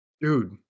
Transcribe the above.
Dude